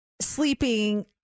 sleeping